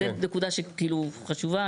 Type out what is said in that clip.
זו נקודה שהיא חשובה,